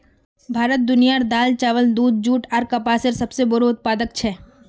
भारत दुनियार दाल, चावल, दूध, जुट आर कपसेर सबसे बोड़ो उत्पादक छे